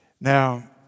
Now